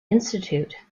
institute